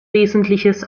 wesentliches